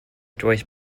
joyce